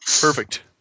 Perfect